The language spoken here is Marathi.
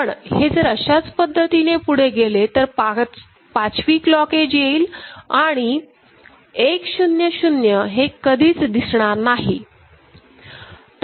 पण हे जर अशाच पद्धतीने पुढे गेले तर पाचवी क्लॉक एज येईल आणि आणि 1 0 0हे कधीच दिसणार नाही